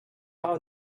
how